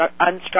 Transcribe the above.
unstructured